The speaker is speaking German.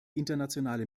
internationale